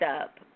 up